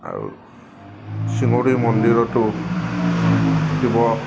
আৰু শিঙৰি মন্দিৰতো শিৱক